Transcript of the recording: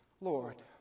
Lord